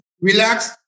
relax